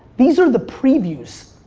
these are the previews.